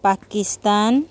Pakistan